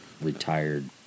retired